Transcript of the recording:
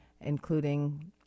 including